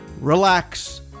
relax